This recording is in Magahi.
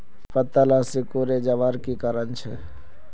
पत्ताला सिकुरे जवार की कारण छे?